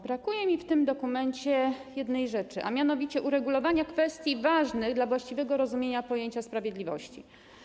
Brakuje mi w tym dokumencie jednej rzeczy, a mianowicie uregulowania kwestii ważnych dla właściwego rozumienia pojęcia sprawiedliwości.